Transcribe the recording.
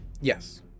Yes